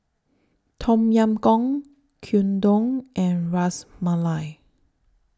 Tom Yam Goong Gyudon and Ras Malai